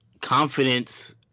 Confidence